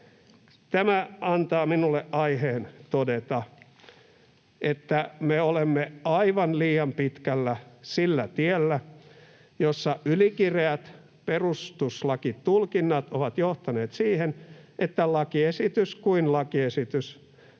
Tämä antaa minulle aiheen todeta, että me olemme aivan liian pitkällä sillä tiellä, jolla ylikireät perustuslakitulkinnat ovat johtaneet siihen, että lakiesitys kuin lakiesitys